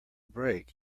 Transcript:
break